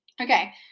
Okay